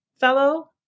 fellow